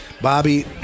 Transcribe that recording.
Bobby